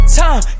time